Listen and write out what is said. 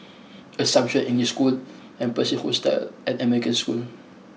Assumption English School and Pearl's Hill Hostel and American School